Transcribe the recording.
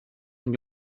and